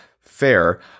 fair